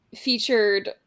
featured